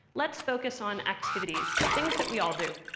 let's focus on activities things that we all do,